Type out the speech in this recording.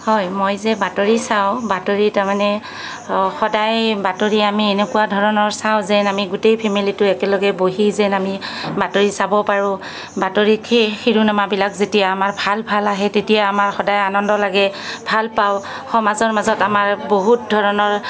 হয় মই যে বাতৰি চাওঁ বাতৰি তাৰমানে সদায় বাতৰি আমি এনেকুৱা ধৰণৰ চাওঁ যেন গোটেই ফেমেলিটো একেলগে বহি যেন আমি বাতৰি চাব পাৰোঁ বাতৰিত সেই শিৰোনামাবিলাক যেতিয়া আমাৰ ভাল ভাল আহে তেতিয়া আমাৰ সদায় আনন্দ লাগে ভালপাওঁ সমাজৰ মাজত আমাৰ বহুত ধৰণৰ